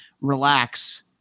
relax